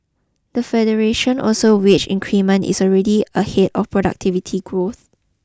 the federation also wage increment is already ahead of productivity growth